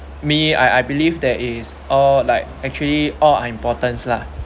me I I believe there is all like actually all are important lah